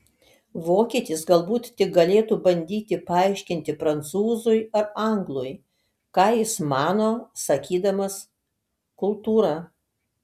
vokietis galbūt tik galėtų bandyti paaiškinti prancūzui ar anglui ką jis mano sakydamas kultūra